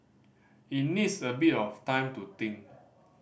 it needs a bit of time to think